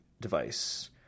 device